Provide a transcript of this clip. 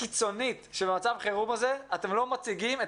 קיצונית שבמצב החירום הזה אתם לא מציגים את